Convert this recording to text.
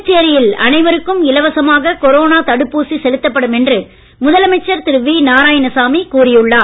புதுச்சேரியில் அனைவருக்கும் இலவசமாக கொரோனா தடுப்பூசி செலுத்தப்படும் என்று முதலமைச்சர் திரு வி நாராயணசாமி கூறி உள்ளார்